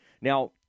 Now